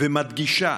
מדגישה,